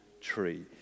tree